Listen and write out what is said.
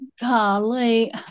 golly